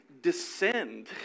descend